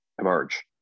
emerge